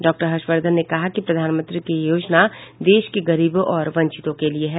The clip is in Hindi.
डॉक्टर हर्षवर्धन ने कहा कि प्रधानमंत्री की यह योजना देश के गरीबों और वंचितों के लिए है